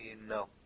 no